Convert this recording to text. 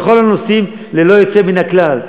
בכל הנושאים ללא יוצא מן הכלל.